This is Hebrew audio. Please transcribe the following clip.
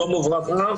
שלום וברכה.